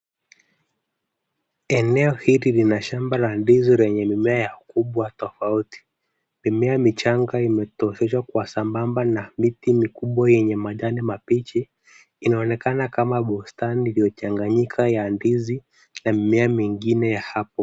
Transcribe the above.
Eneo hili lina shamba ya ndizi yenye mimea tofauti. Mimea michanga imetoseshwa kwa sambamba, na miti mikubwa yenye majani mabichi, inaonekana kama bustani iliyochanganyika ya ndizi na mimea mingine ya hapo.